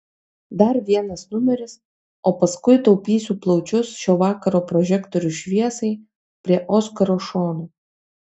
dar vienas numeris o paskui taupysiu plaučius šio vakaro prožektorių šviesai prie oskaro šono